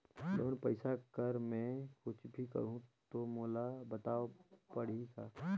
Loan पइसा कर मै कुछ भी करहु तो मोला बताव पड़ही का?